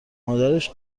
مادرش